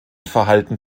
verhalten